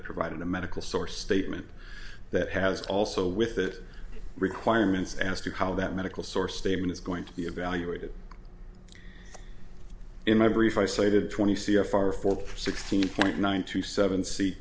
it provided a medical source statement that has also with it requirements as to how that medical source table is going to be evaluated in my brief isolated twenty c f r for sixteen point nine two seven